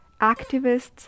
activists